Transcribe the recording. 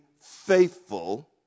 faithful